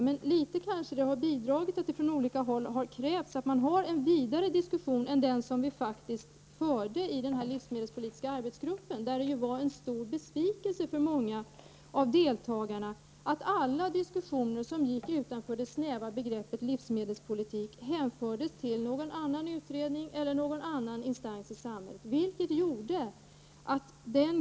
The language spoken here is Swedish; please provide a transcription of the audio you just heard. Men det har kanske bidragit att det från olika håll har krävts att det förs en vidare diskussion än den som fördes i den livsmedelspolitiska arbetsgruppen. Det var en stor besvikelse för många av deltagarna att alla diskussioner som gick utanför det snäva begreppet livsmedelspolitik hänfördes till någon annan utredning eller till någon annan instans i samhället.